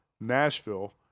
Nashville